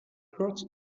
court